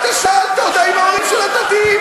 אתה שאלת אותה אם ההורים שלה דתיים.